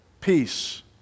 peace